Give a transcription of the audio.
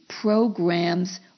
programs